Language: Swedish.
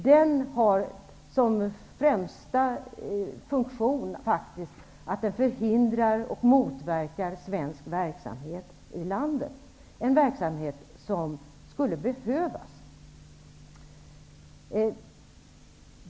Deras främsta funktion är faktiskt att förhindra och motverka svensk verksamhet i landet -- detta trots att denna verksamhet behövs.